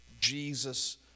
Jesus